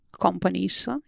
companies